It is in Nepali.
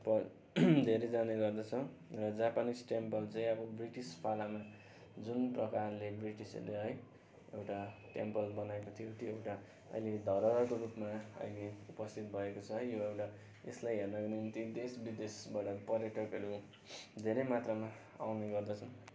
धेरै जाने गर्दछ र जापानिस टेम्पल चाहिँ अब ब्रिटिस पालामा जुन प्रकारले ब्रिटिसहरू आए है एउटा टेम्पल बनाएको थियो त्यो एउटा अहिले धरोहरको रूपमा है अहिले उपस्थित भएको छ यो एउटा यसलाई हेर्नको निम्ति देश विदेशबाट पर्यटकहरू धेरै मात्रमा आउने गर्दछन्